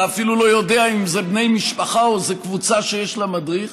אתה אפילו לא יודע אם זה בני משפחה או שזה קבוצה שיש לה מדריך,